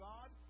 God